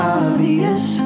obvious